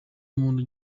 umuntu